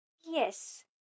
Yes